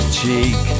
cheek